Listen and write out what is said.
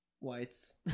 Whites